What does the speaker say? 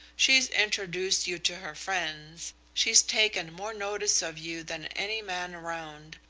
she's introduced you to her friends, she's taken more notice of you than any man around.